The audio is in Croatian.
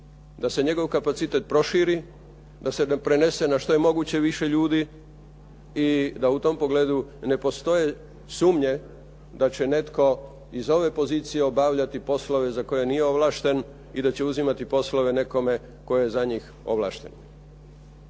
da se njegov kapacitet proširi, da se prenese na što je moguće više ljudi i da u tom pogledu ne postoje sumnje da će netko iz ove pozicije obavljati poslove za koje nije ovlašten i da će uzimati poslove nekome tko je za njih ovlašten.